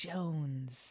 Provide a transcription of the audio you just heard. Jones